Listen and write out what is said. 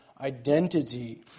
identity